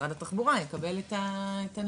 משרד התחבורה, נקבל את הנתונים.